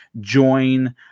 join